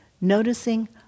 Noticing